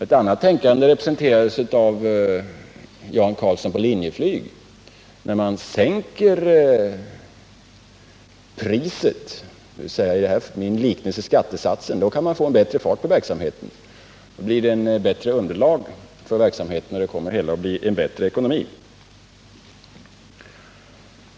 Ett annat tänkande representerades av Jan Carlzon i Linjeflyg: När man sänker priset — eller skattesatsen — kan man få bättre fart på verksamheten. Det blir ett bättre underlag och en bättre ekonomi.